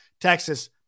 Texas